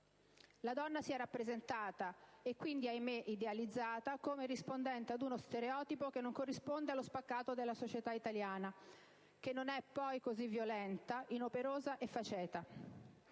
la donna sia rappresentata, e quindi, ahimè, idealizzata, come rispondente ad uno stereotipo che non corrisponde allo spaccato della società italiana: che non è poi così violenta, inoperosa e faceta;